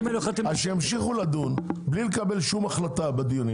שימשיכו לדון בלי לקבל כל החלטה בדיונים.